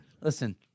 Listen